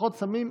פחות סמים,